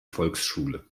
volksschule